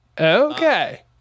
okay